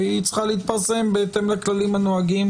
והיא צריכה להתפרסם בהתאם לכללים הנוהגים